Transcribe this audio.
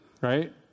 right